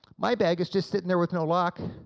my bag is just sitting there with no lock.